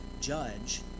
judge